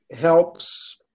helps